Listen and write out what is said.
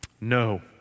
No